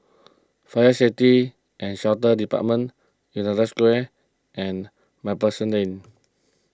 Fire Safety and Shelter Department United Square and MacPherson Lane